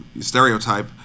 stereotype